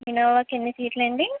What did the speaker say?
Innova కి ఎన్ని సీట్లు అండి